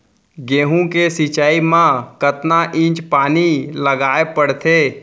गेहूँ के सिंचाई मा कतना इंच पानी लगाए पड़थे?